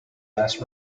less